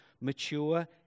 mature